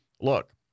look